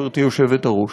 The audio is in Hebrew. גברתי היושבת-ראש.